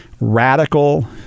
radical